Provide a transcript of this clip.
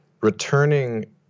returning